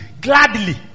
Gladly